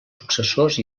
successors